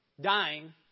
dying